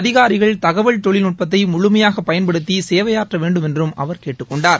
அதிகாரிகள் தகவல் தொழில்நுட்பத்தை முழுமையாக பயன்படுத்தி சேவையாற்ற வேண்டுமென்றும் அவர் கேட்டுக் கொண்டார்